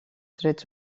drets